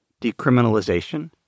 decriminalization